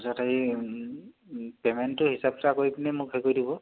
তাৰ পিছত এই পে'মেণ্টটো হিচাপ এটা কৰি পিনে মোক হেৰি কৰি দিব